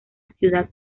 ciudad